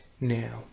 now